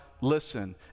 listen